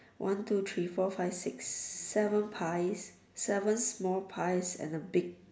one two three four five six seven pies seven small pies and a big